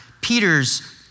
Peter's